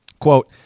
Quote